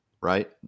right